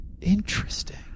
Interesting